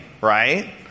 right